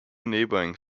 neighbouring